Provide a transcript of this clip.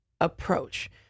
approach